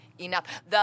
enough